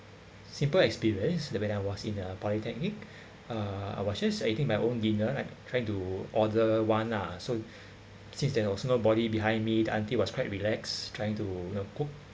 simple experience that when I was in a polytechnic uh I was just eating my own dinner I'm trying to order one lah so since there was nobody behind me the aunty was quite relaxed trying to you know cook